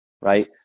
right